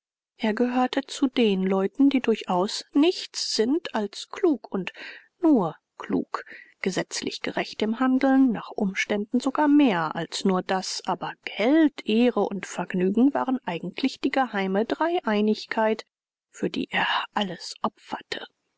er gehörte zu den leuten die durchaus nichts sind als klug und nur klug gesetzlich gerecht im handeln nach umständen sogar mehr als nur das aber geld ehre und vergnügen war eigentlich die geheime dreieinigkeit für die er alles opferte